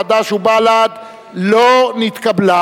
חד"ש ובל"ד לא נתקבלה.